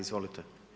Izvolite.